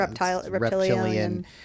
Reptilian